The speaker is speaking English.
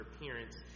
appearance